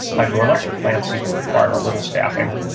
hydroelectric plants even require a little staffing.